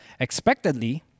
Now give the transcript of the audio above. Expectedly